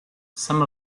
some